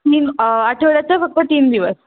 तीन आठवड्याचे फक्त तीन दिवस